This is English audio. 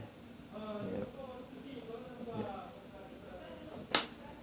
yup yup